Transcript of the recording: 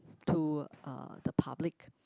to uh the public